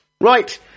Right